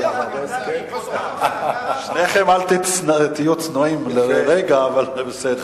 היה, שניכם אל תהיה צנועים לרגע, אבל זה בסדר.